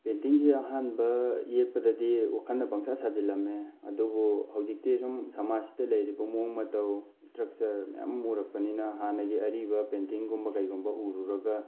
ꯄꯦꯟꯇꯤꯡꯁꯤ ꯑꯍꯥꯟꯕ ꯌꯦꯛꯄꯗꯤ ꯋꯥꯈꯜꯅ ꯄꯪꯁꯥ ꯁꯥꯖꯤꯜꯂꯝꯃꯦ ꯑꯗꯨꯕꯨ ꯍꯧꯖꯤꯛꯇꯤ ꯁꯨꯝ ꯁꯃꯥꯖꯁꯤꯗ ꯂꯩꯔꯤꯕ ꯃꯑꯣꯡ ꯃꯇꯧ ꯏꯁꯇ꯭ꯔꯛꯆꯔ ꯃꯌꯥꯝ ꯑꯃ ꯎꯔꯛꯄꯅꯤꯅ ꯍꯥꯟꯅꯒꯤ ꯑꯔꯤꯕ ꯄꯦꯟꯇꯤꯡꯒꯨꯝꯕ ꯀꯩꯒꯨꯝꯕ ꯎꯔꯨꯔꯒ